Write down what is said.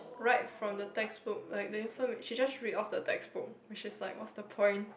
right from the textbook like the infor~ she just read off the textbook which is like what's the point